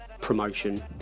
promotion